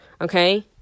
Okay